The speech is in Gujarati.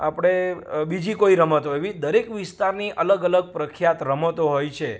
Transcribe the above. આપણે બીજી કોઈ રમતો એવી દરેક વિસ્તારની અલગ અલગ પ્રખ્યાત રમતો હોય છે